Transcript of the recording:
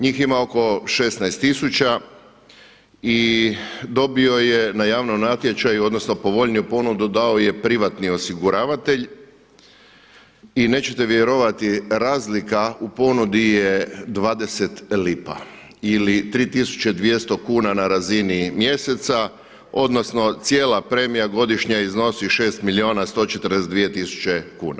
Njih ima oko 16 tisuća i dobio je na javnom natječaju odnosno povoljniju ponudu dao je privatni osiguravatelj i nećete vjerovati razlika u ponudi je 20 lipa ili 3.200 kuna na razini mjeseca odnosno cijela premija godišnja iznosi 6 milijuna 142 tisuće kuna.